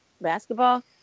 Basketball